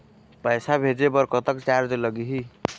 पैसा भेजे बर कतक चार्ज लगही?